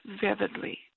vividly